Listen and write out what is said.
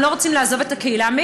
הם לא רוצים לעזוב את הקהילה,